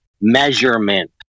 measurement